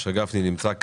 משה גפני, בבקשה